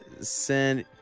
send